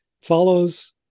follows